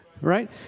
right